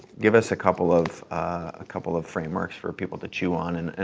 give us a couple of ah couple of frameworks for people to chew on and, and